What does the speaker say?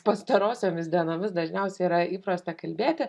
pastarosiomis dienomis dažniausiai yra įprasta kalbėti